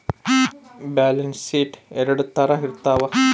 balance sheet ಎರಡ್ ತರ ಇರ್ತವ